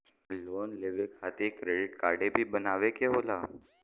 Loan लेवे खातिर credit काडे भी बनवावे के होला?